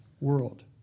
world